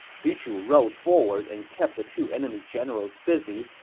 xu chu rode forward and kept the two enemy generals busy,